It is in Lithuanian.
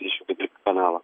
dvidešimt keturi kanalą